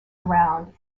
around